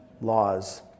laws